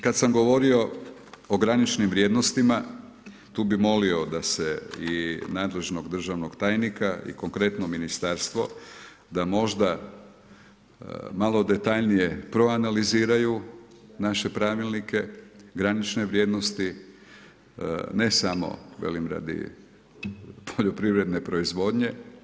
Kad sam govorio o graničnim vrijednostima, tu bi molio da se i nadležnog državnog tajnika i konkretno ministarstvo, da možda malo detaljnije proanaliziraju naše pravilnike, granične vrijednosti, ne samo, velim radi poljoprivredne proizvodnje.